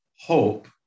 hope